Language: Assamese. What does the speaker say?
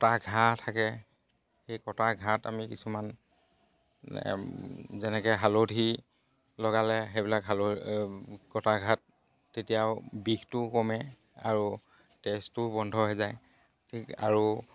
কটা ঘা থাকে সেই কটা ঘাত আমি কিছুমান যেনেকে হালধি লগালে সেইবিলাক কটা ঘাত তেতিয়াও বিষটোও কমে আৰু তেজটো বন্ধ হৈ যায় ঠিক আৰু